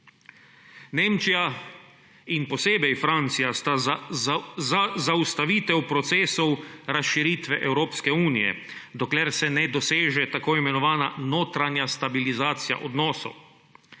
Nemčija in posebej Francija sta za zaustavitev procesov razširitve Evropske unije, dokler se ne doseže tako imenovana notranja stabilizacija odnosov.